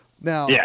Now